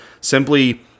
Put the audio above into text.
simply